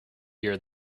year